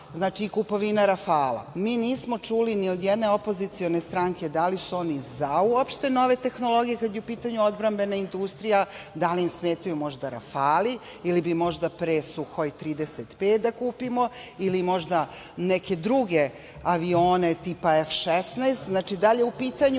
„Rafali“, kupovina „Rafala“, mi nismo čuli ni od jedne opozicione stranke da li su oni za nove tehnologije kada je u pitanju odbrambena industrija, da li im smetaju možda „Rafali“ ili bi možda pre Suhoj 35 da kupimo ili možda neke druge avione, tipa F16, da li je u pitanju